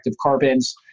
carbons